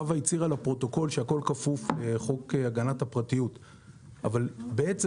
חוה הצהירה לפרוטוקול שהכול כפוף לחוק הגנת הפרטיות אבל בעצם